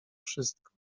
wszystko